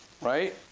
right